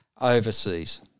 overseas